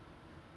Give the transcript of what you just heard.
yes